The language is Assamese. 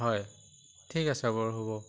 হয় ঠিক আছে বাৰু হ'ব